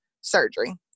surgery